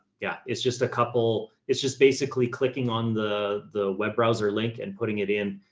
yeah, it's just a couple, it's just basically clicking on the, the web browser link and putting it in.